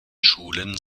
schulen